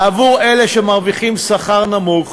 ועבור אלה שמרוויחים שכר נמוך,